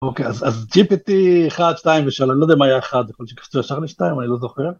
אוקיי, אז צ'יפ איתי אחד, שתיים, ושאלה, אני לא יודע מה היה אחד, זה יכול להיות שקפצוי השחרני שתיים, אני לא זוכר.